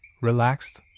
relaxed